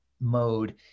mode